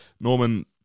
Norman